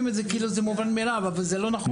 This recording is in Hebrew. את זה כאילו זה מובן מאליו אבל זה לא נכון.